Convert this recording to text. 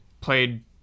played